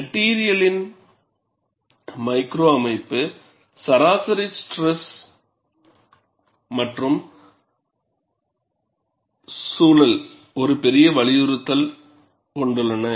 மெட்டிரியலின் மைக்ரோ அமைப்பு சராசரி ஸ்ட்ரெஸ் மற்றும் சூழல் ஒரு பெரிய வலியுருத்தல் கொண்டுள்ளன